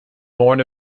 born